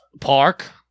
park